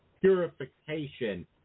purification